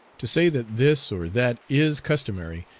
to say that this or that is customary,